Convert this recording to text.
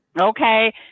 Okay